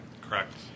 Correct